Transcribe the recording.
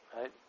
right